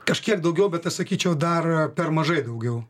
kažkiek daugiau bet aš sakyčiau dar per mažai daugiau